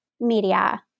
media